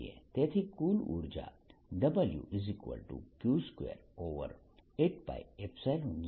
તેથી કુલ ઉર્જા WQ28π0RQ28π015 થશે